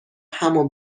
همو